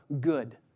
good